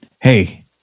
Hey